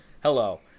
Hello